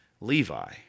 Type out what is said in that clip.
Levi